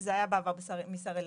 זה היה בעבר, מסרילנקה.